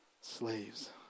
slaves